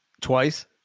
Twice